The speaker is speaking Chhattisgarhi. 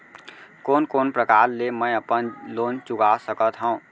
कोन कोन प्रकार ले मैं अपन लोन चुका सकत हँव?